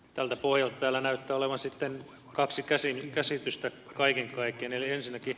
tältä pohjalta täällä näyttää olevan kaksi käsitystä kaiken kaikkiaan